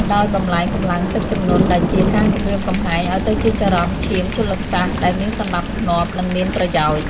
ដោយបំប្លែងកម្លាំងទឹកជំនន់ដែលជាការគំរាមកំហែង ឱ្យទៅជាចរន្តឈាមជលសាស្ត្រដែលមានសណ្ដាប់ធ្នាប់ និងមានប្រយោជន៍។